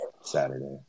Saturday